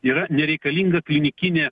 yra nereikalinga klinikinė